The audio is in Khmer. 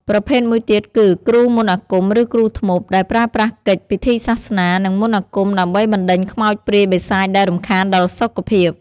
ប្រភេទមួយទៀតគឺ គ្រូមន្តអាគម ឬ គ្រូធ្មប់ ដែលប្រើប្រាស់កិច្ច ពិធីសាសនា និងមន្តអាគមដើម្បីបណ្តេញខ្មោចព្រាយបិសាចដែលរំខានដល់សុខភាព។